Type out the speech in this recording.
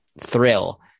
Thrill